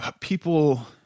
people